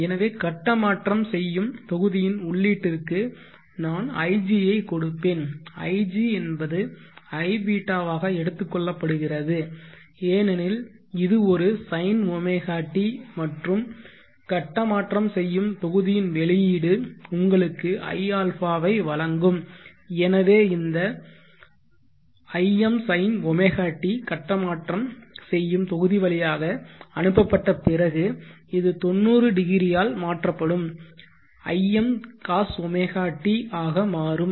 எனவே கட்ட மாற்றம் செய்யும் தொகுதியின் உள்ளீட்டிற்கு நான் ig ஐக் கொடுப்பேன் ig என்பது iβ வாக எடுத்துக் கொள்ளப்படுகிறது ஏனெனில் இது ஒரு sinωt மற்றும் கட்ட மாற்றம் செய்யும் தொகுதியின் வெளியீடு உங்களுக்கு iα ஐ வழங்கும் எனவே இந்த im sinωt கட்ட மாற்றம் செய்யும் தொகுதி வழியாக அனுப்பப்பட்ட பிறகு இது 90 ஆல் மாற்றப்படும் im cosωt ஆக மாறும்